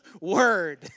word